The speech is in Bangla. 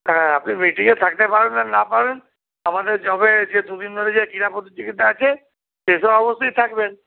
হ্যাঁ আপনি মিটিংয়ে থাকতে পারুন না পারুন আমাদের যবে যে দুদিন ধরে যে ক্রীড়া প্রতিযোগীতা আছে সেটাতে অবশ্যই থাকবেন